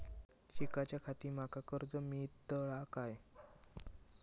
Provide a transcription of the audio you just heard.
शिकाच्याखाती माका कर्ज मेलतळा काय?